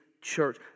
church